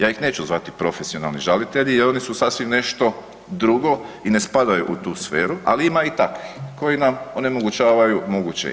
Ja ih neću zvati profesionalni žalitelji jer oni su sasvim nešto drugo i ne spadaju u tu sferu, ali ima i takvih koji nam onemogućavaju moguće.